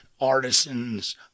artisans